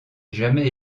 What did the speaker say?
jamais